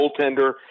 goaltender